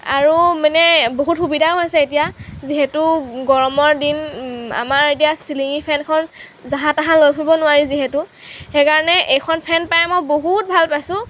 আৰু মানে বহুত সুবিধাও হৈছে এতিয়া যিহেতু গৰমৰ দিন আমাৰ এতিয়া চিলিঙি ফেনখন যাহা তাহা লৈ ফুৰিব নোৱাৰি যিহেতু সেইকাৰণে এইখন ফেন পাই মই বহুত ভাল পাইছোঁ